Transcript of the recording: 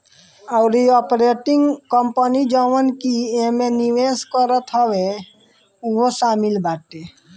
अउरी operating company जवन की एमे निवेश करत हवे उहो शामिल बाटे